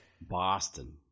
Boston